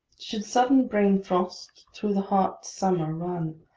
should sudden brain-frost through the heart's summer run,